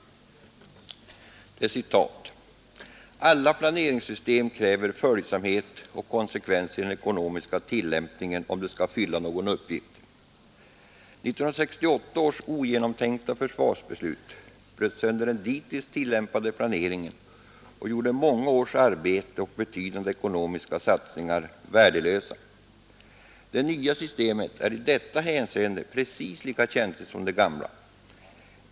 Herr Virgin sade då bl.a.: ”Alla planeringssystem kräver följsamhet och konsekvens i den ekonomiska tillämpningen om de skall fylla någon uppgift. 1968 års ogenomtänkta försvarsbeslut bröt sönder den dittills tillämpade planeringen och gjorde många års arbete och betydande ekonomiska satsningar värdelösa. Det nya systemet är i detta hänseende precis lika känsligt som det gamla.